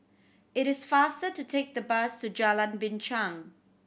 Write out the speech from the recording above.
it is faster to take the bus to Jalan Binchang